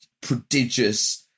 prodigious